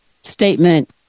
statement